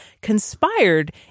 conspired